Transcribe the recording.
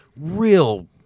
real